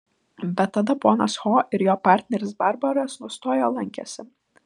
bet tada ponas ho ir jo partneris barbaras nustojo lankęsi